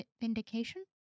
Vindication